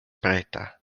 preta